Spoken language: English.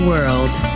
world